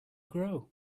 grow